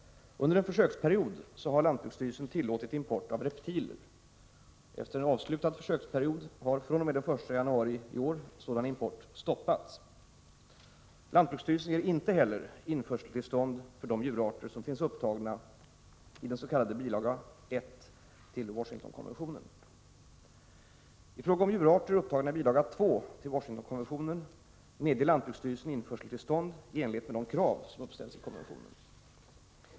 Under en försöksperiod har lantbruksstyrelsen tillåtit import av reptiler. Efter avslutad försöksperiod har fr.o.m. den 1 januari i år sådan import stoppats. Lantbruksstyrelsen ger inte heller införseltillstånd för de djurarter som finns upptagna i bilaga 1 till Washingtonkonventionen. I fråga om djurarter upptagna i bilaga 2 till Washingtonkonventionen medger lantbruksstyrelsen införseltillstånd i enlighet med de krav som uppställs i konventionen.